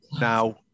Now